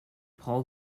paul